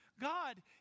God